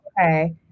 okay